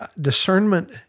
discernment